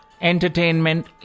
entertainment